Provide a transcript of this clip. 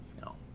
no